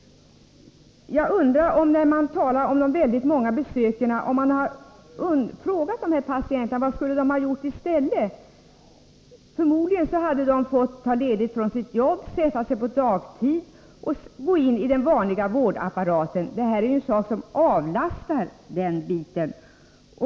Jag undrar om man när man talar om de väldigt många besöken har frågat patienterna vad de skulle ha gjort i stället. Förmodligen hade de fått ta ledigt från sitt jobb, sätta sig på dagtid på mottagningen och gå in i den vanliga vårdapparaten. Det här är ju någonting som avlastar den biten.